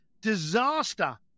disaster